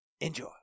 enjoy